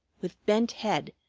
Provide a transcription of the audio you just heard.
with bent head,